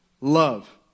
love